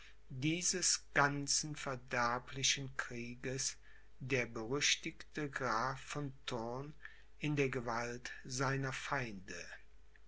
dieses ganzen verderblichen krieges der berüchtigte graf von thurn in der gewalt seiner feinde